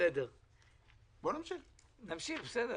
כמעט סיימנו את הדיון בישיבה הקודמת.